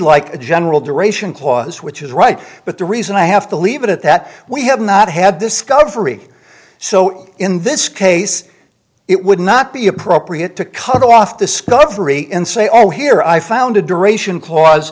like a general duration clause which is right but the reason i have to leave it at that we have not had discovery so in this case it would not be appropriate to cut off discovery and say oh here i found a duration cla